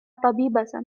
طبيبة